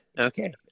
Okay